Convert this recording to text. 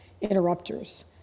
interrupters